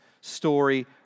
story